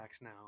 now